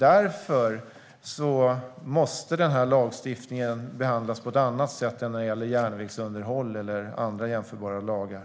Därför måste den här lagstiftningen behandlas på ett annat sätt än när det gäller järnvägsunderhåll eller andra jämförbara lagar.